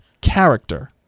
character